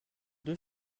deux